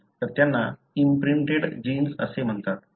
तर त्यांना imprinted genes असे म्हणतात